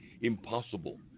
impossible